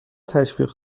تشویق